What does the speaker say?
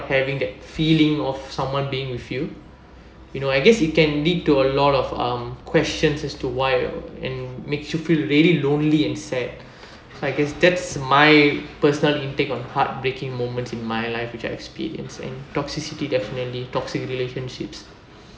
having that feeling of someone being with you you know I guess it can lead to a lot of um questions as to why and makes you feel really lonely and sad I guess that's my personal intake on heartbreaking moment in my life which I experienced and toxicity definitely toxic relationships